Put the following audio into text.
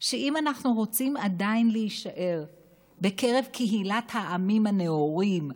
שאם אנחנו רוצים עדיין להישאר בקרב קהילת העמים הנאורים,